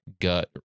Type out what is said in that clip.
gut